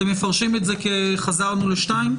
מפרשים את זה כחזרנו ל-(2)?